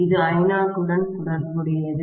இது I0 உடன் தொடர்புடையது